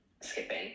skipping